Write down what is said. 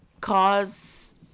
cause